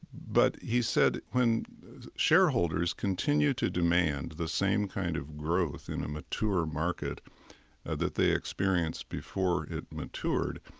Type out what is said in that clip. but he said when shareholders continue to demand the same kind of growth in a mature market that they experienced before it matured,